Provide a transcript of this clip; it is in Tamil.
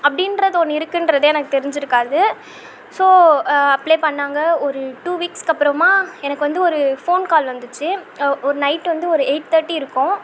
அப்படின்றது ஒன்று இருக்குன்றதே எனக்கு தெரிஞ்சிருக்காது ஸோ அப்ளை பண்ணாங்க ஒரு டூ வீக்ஸ்க்கப்புறமா எனக்கு வந்து ஒரு ஃபோன் கால் வந்துச்சு ஒ ஒரு நைட் வந்து ஒரு எயிட் தேர்ட்டி இருக்கும்